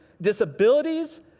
disabilities